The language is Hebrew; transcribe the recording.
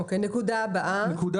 אוקיי, נקודה הבאה.